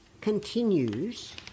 continues